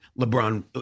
LeBron